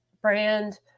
brand